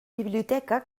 biblioteca